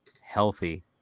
Healthy